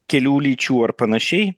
kelių lyčių ar panašiai